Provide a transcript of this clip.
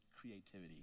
creativity